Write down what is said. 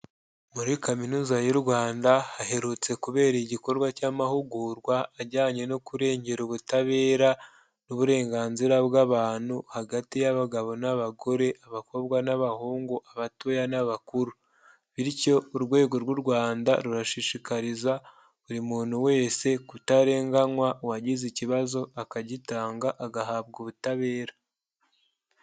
Muri kaminuza y'u Rwanda haherutse kubera igikorwa cy'amahugurwa ajyanye no kurengera ubutabera n'uburenganzira bw'abantu, hagati y'abagabo n'abagore, abakobwa n'abahungu abatoya n'abakuru, bityo urwego rw'u Rwanda rurashishikariza buri muntu wese kutarenganywa, uwagize ikibazo akagitanga agahabwa ubutabera.